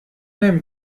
نمی